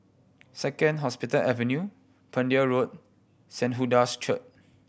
Second Hospital Avenue Pender Road Saint Hilda's Church